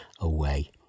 away